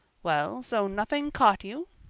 well, so nothing caught you?